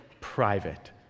private